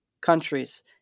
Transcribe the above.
countries